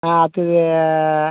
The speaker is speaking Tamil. அடுத்தது